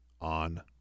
on